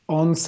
on